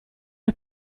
los